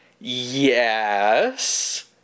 Yes